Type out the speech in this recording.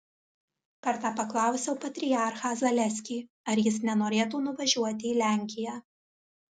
kartą paklausiau patriarchą zaleskį ar jis nenorėtų nuvažiuoti į lenkiją